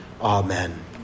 Amen